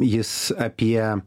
jis apie